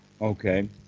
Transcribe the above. Okay